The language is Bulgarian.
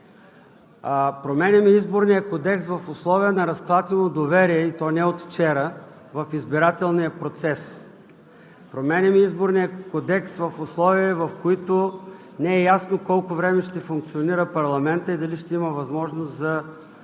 Променяме Изборния кодекс в условия на разклатено доверие, и то не от вчера, в избирателния процес. Променяме Изборния кодекс в условия, в които не е ясно колко време ще функционира парламентът и дали ще има възможност за